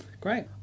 Great